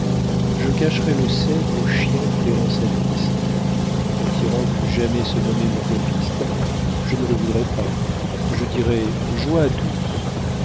je cacherais le cerf aux chiens flairant sa piste qu'un tyran pût jamais se nommer mon copiste je ne le voudrais pas je dirais joie à tous